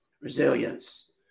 resilience